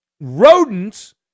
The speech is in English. rodents